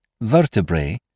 vertebrae